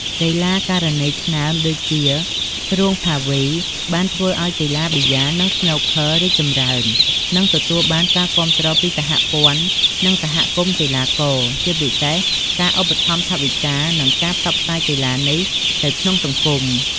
កីឡាការិនីឆ្នើមដូចជា ស្រួង ភាវី បានធ្វើឲ្យកីឡាប៊ីយ៉ា និងស្នូកឃ័ររីកចម្រើន និងទទួលបានការគាំទ្រពីសហព័ន្ធ និងសហគមន៍កីឡាករ ជាពិសេសការឧបត្ថម្ភថវិកា និងការផ្សព្វផ្សាយកីឡានេះទៅ ក្នុងសង្គម។